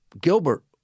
Gilbert